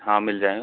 हाँ मिल जाएगा